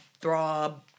throb